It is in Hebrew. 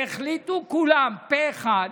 כולם החליטו פה אחד